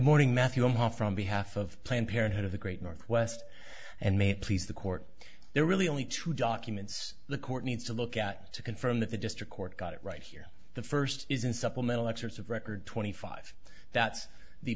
morning matthew i'm home from behalf of planned parenthood of the great northwest and may please the court there are really only two documents the court needs to look at to confirm that the district court got it right here the first is in supplemental excerpts of record twenty five that's the